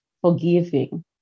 forgiving